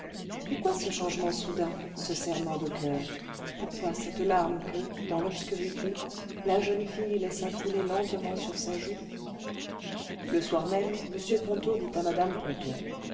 pourquoi ce changement soudain ce serrement de coeur et pourquoi cette larme que dans l'obscurité la jeune fille laisse couler lentement sur sa joue le vingtième siècle le soir même m ponto dit à mme ponto